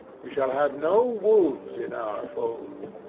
we shall have no wolves in our fold.